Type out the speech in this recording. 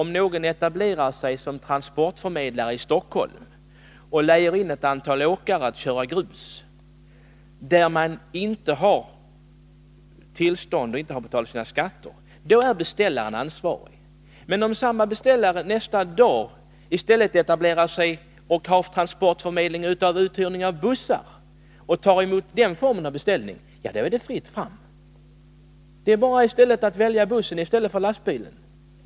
Om någon etablerar sig som transportförmedlare i Stockholm och lejer ett antal åkare att köra grus och vederbörande inte har tillstånd och inte har betalat sina skatter är beställaren ansvarig. Men om samma beställare nästa dag i stället etablerar sig som transportförmedlare och uthyrare av bussar och tar emot beställningar, då är det fritt fram. Det är bara att välja bussen i stället för lastbilen.